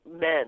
Men